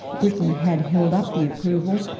britain had held up the approval,